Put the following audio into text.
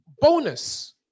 bonus